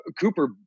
Cooper